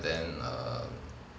then err